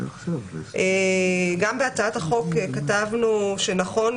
גם בהצעת החוק כתבנו שנכון,